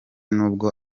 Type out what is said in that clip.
n’ubwo